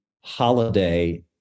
holiday